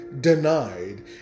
denied